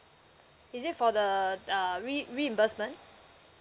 is it for the uh re~ reimbursement